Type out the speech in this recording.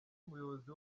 umuyobozi